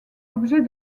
l’objet